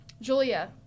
Julia